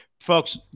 Folks